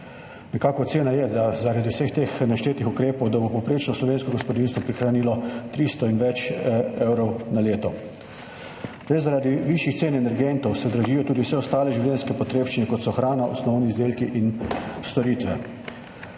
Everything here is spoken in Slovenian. ukrepov, da bo povprečno slovensko gospodinjstvo prihranilo 300 in več evrov na leto. Zaradi višjih cen energentov se dražijo tudi vse ostale življenjske potrebščine, kot so hrana, osnovni izdelki in storitve.